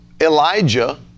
Elijah